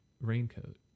raincoat